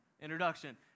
introduction